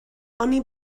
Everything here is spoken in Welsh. oni